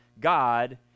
God